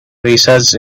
research